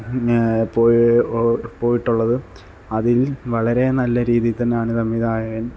പിന്നെ പോ പോയിട്ടുള്ളത് അതില് വളരെ നല്ല രീതിയില് തന്നെയാണ് സംവിധായകന്